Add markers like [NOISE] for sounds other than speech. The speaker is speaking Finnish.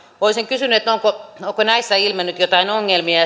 olisin kysynyt onko näissä ilmennyt joitain ongelmia [UNINTELLIGIBLE]